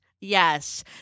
Yes